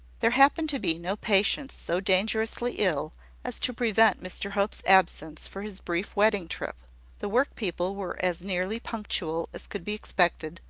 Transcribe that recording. there happened to be no patients so dangerously ill as to prevent mr hope's absence for his brief wedding trip the work-people were as nearly punctual as could be expected,